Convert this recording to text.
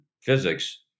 physics